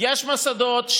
אילו מוסדות?